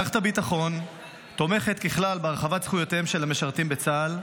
מערכת הביטחון תומכת ככלל בהרחבת זכויותיהם של המשרתים בצה"ל,